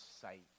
sight